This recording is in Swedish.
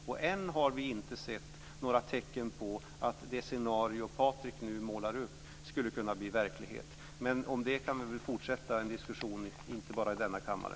Och än har vi inte sett några tecken på att det scenario som Patrik Norinder nu målar upp skulle kunna bli verklighet. Men om det kan vi väl fortsätta diskussionen inte bara i denna kammare.